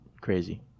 crazy